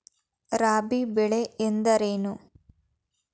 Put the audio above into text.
ರಾಬಿ ಬೆಳೆ ಎಂದರೇನು?